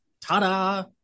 Ta-da